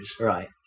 Right